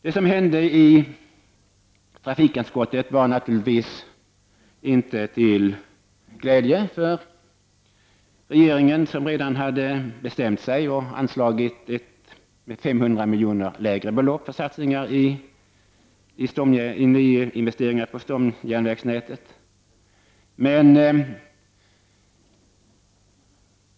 Det som hände i trafikutskottet var naturligtvis inte till glädje för regeringen, som redan hade bestämt sig och anslagit 500 milj.kr. mindre för nyinvesteringar på stomjärnvägsnätet.